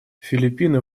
филиппины